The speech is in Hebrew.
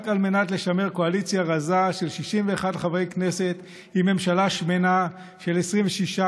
רק על מנת לשמר קואליציה רזה של 61 חברי כנסת עם ממשלה שמנה של 26,